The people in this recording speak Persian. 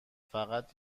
فقط